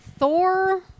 Thor